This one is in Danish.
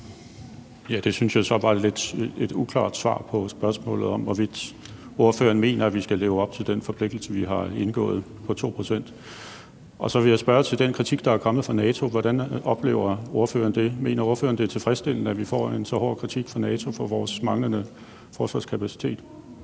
Det synes jeg så var et lidt uklart svar på spørgsmålet om, hvorvidt ordføreren mener, at vi skal leve op til den forpligtelse, vi har indgået om de 2 pct. Så vil jeg spørge til den kritik, der er kommet fra NATO. Hvordan oplever ordføreren det? Mener ordføreren, det er tilfredsstillende, at vi får en så hård kritik fra NATO for vores manglende forsvarskapacitet?